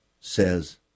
says